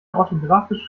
orthografische